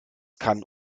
kann